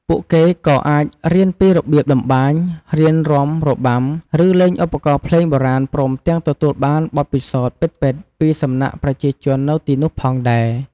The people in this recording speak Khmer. ពួកគេក៏អាចរៀនពីរបៀបតម្បាញ រៀនរាំរបាំ ឬលេងឧបករណ៍ភ្លេងបុរាណព្រមទាំងទទួលបានបទពិសោធន៍ពិតៗពីសំណាក់ប្រជាជននៅទីនោះផងដែរ។